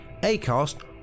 Acast